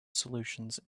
solutions